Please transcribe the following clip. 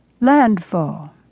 landfall